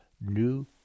new